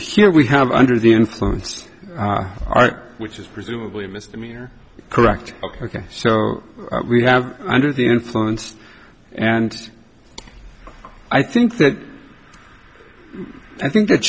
think we have under the influence art which is presumably a misdemeanor correct ok so we have under the influence and i think that i think th